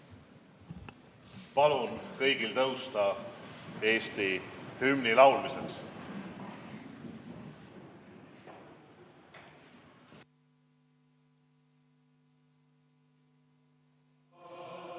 Palun kõigil tõusta Eesti hümni laulmiseks.